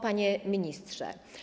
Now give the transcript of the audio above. Panie Ministrze!